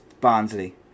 Barnsley